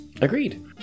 Agreed